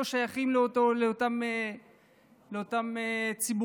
לא שייכים לאותם ציבורים.